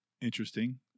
interesting